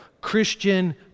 Christian